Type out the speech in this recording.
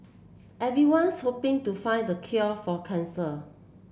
everyone's hoping to find the cure for cancer